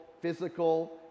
physical